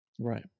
Right